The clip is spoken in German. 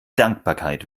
dankbarkeit